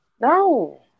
No